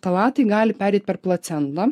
ftalatai gali pereit per placentą